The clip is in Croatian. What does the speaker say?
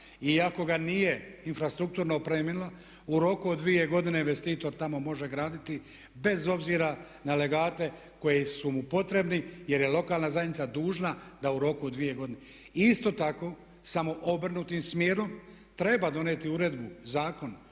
ako ga nije infrastrukturno opremila u roku od dvije godine investitor tamo može graditi bez obzira na legate koji su mu potrebni jer je lokalna zajednica dužna da u roku od dvije godine. I isto tako samo obrnutim smjerom treba donijeti uredbu, zakon,